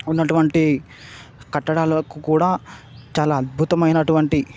ఉన్నటువంటి కట్టడాలకు కూడా చాలా అద్బుతమయినట్టువంటి